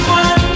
one